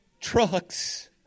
trucks